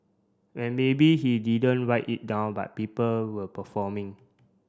and maybe he didn't write it down but people were performing